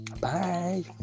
Bye